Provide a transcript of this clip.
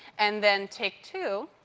and then take two,